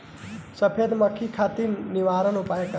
सफेद मक्खी खातिर निवारक उपाय का ह?